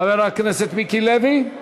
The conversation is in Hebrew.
חבר הכנסת מיקי לוי.